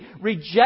reject